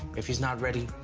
if he's not ready,